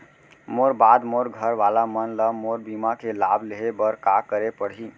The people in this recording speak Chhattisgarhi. मोर बाद मोर घर वाला मन ला मोर बीमा के लाभ लेहे बर का करे पड़ही?